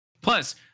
Plus